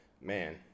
man